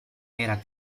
era